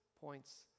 points